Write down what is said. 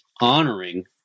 honoring